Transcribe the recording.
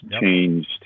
changed